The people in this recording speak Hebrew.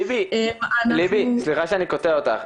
ליבי, סליחה שאני קוטע אותך,